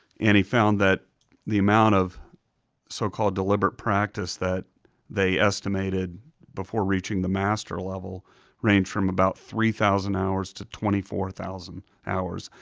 and he found that the amount of so-called deliberate practice that they estimated before reaching the master level ranged from about three thousand hours to twenty four thousand hours,